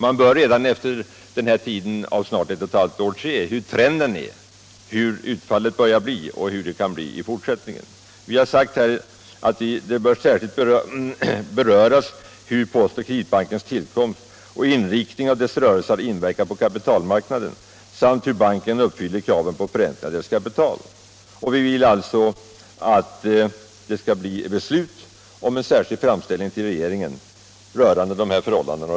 Man bör efter denna tid kunna se hur trenden är, hur utfallet börjar bli och hur utvecklingen i fortsättningen kan förmodas bli. Vi har i reservationen vidare sagt att det ”bör särskilt beröras hur Postoch Kreditbankens tillkomst och inriktningen av dess rörelse har inverkat på kapitalmarknaden samt hur banken uppfyller kraven på förräntning av dess kapital”. Vi vill alltså att riksdagen skall fatta beslut om en särskild framställning till regeringen rörande Postoch Kreditbanken.